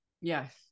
Yes